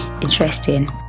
interesting